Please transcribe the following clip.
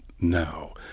now